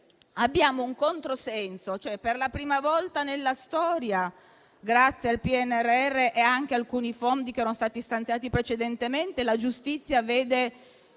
vi è un controsenso: per la prima volta nella storia, grazie al PNRR e ad alcuni fondi che erano stati stanziati precedentemente, la giustizia vedeva